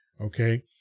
Okay